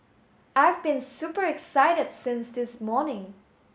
I've been super excited since this morning